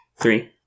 Three